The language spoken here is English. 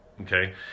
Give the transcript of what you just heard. Okay